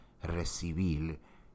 recibir